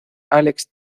alex